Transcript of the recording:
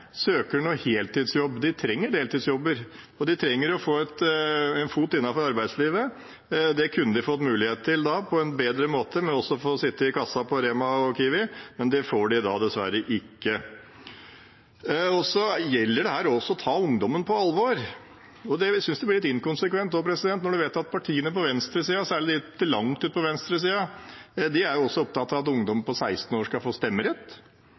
heltidsjobb. De trenger deltidsjobber, og de trenger å få en fot innenfor arbeidslivet. Det kunne de fått mulighet til på en bedre måte ved å få sitte i kassa på Rema og Kiwi, men det får de dessverre ikke. Her gjelder det også å ta ungdommen på alvor. Jeg synes det er litt inkonsekvent når vi vet at partiene på venstresida, særlig de langt ute på venstresida, er opptatt av at ungdom på 16 år skal få stemmerett.